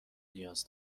نیاز